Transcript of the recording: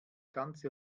ganze